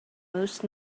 most